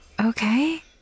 okay